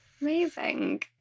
Amazing